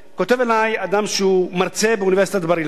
כותב אלי אדם שהוא מרצה באוניברסיטת בר-אילן,